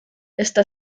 está